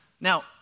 Now